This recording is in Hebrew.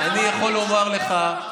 אני יכול לומר לך,